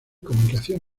comunicación